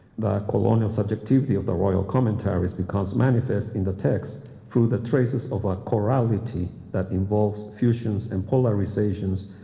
the colonial subjectivity of the royal commentaries becomes manifest in the text, prove the traces of a corrality that involves fusions and polarizations,